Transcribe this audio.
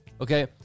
Okay